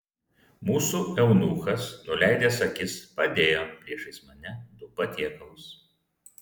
mūsų eunuchas nuleidęs akis padėjo priešais mane du patiekalus